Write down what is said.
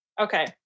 Okay